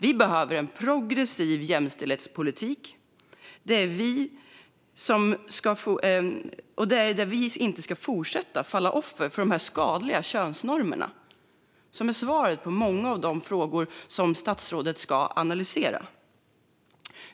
Vi behöver en progressiv jämställdhetspolitik där vi inte ska fortsätta att falla offer för skadliga könsnormer, vilket är svaret på många av de frågor som statsrådet ska analysera.